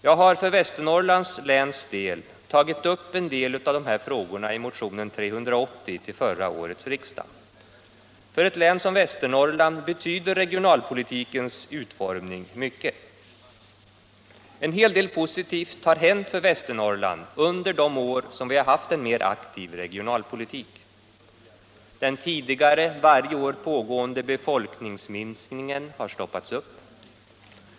Jag har för Västernorrlands läns del tagit upp vissa av dessa frågor i motion 380 till 1975/76 års riksmöte. För ett län som Västernorrland betyder regionalpolitikens utformning mycket. En hel del positivt har hänt för Västernorrland under de år vi haft en mer aktiv regionalpolitik. Den tidigare varje år pågående befolkningsminskningen har stoppats upp.